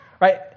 right